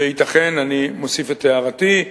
וייתכן, אני מוסיף את הערתי,